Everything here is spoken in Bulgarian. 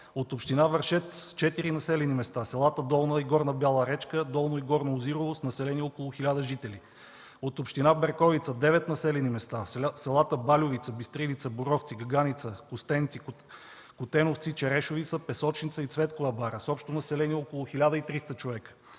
от община Вършец – четири населени места: селата Долна и Горна Бела речка, Долно и Горно Озирово, с население около 1000 жители; - от община Берковица – девет населени места: селата Балювица, Бистрилица, Боровци, Гаганица, Костенци, Котеновци, Черешовица, Песочница и Цветкова бара, с общо население около 1300 човека;